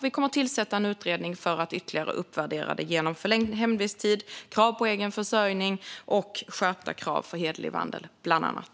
Vi kommer att tillsätta en utredning för att ytterligare uppvärdera det genom förlängd hemvisttid, krav på egen försörjning och skärpta krav på hederlig vandel, bland annat.